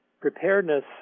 Preparedness